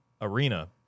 arena